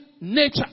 nature